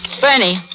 Bernie